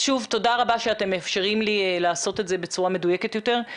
שוב תודה רבה שאתם מאפשרים לי לעשות את זה בצורה מדויקת יותר.